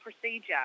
procedure